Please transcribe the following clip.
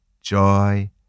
joy